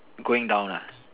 going down ah